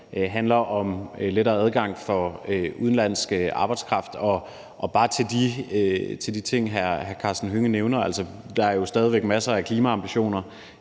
handler om lettere adgang for udenlandsk arbejdskraft. Om de ting, som hr. Karsten Hønge nævner, vil jeg sige, at der jo stadig væk er masser af klimaambitioner